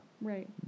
right